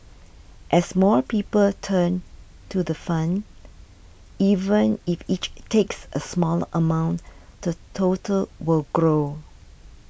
as more people turn to the fund even if each takes a smaller amount the total will grow